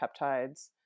peptides